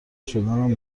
شدنم